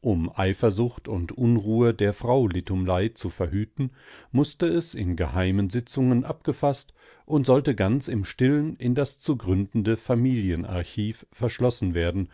um eifersucht und unruhe der frau litumlei zu verhüten mußte es in geheimen sitzungen abgefaßt und sollte ganz im stillen in das zu gründende familienarchiv verschlossen werden